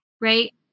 right